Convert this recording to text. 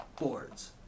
boards